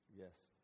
Yes